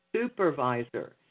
supervisor